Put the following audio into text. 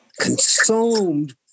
consumed